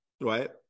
Right